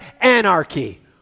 anarchy